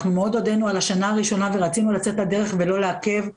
הודינו על השנה הראשונה ורצינו לצאת לדרך ולא לעכב,